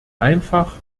einfach